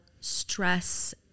stress